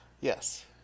Yes